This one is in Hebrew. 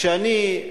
כשאני,